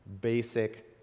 basic